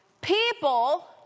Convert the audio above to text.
People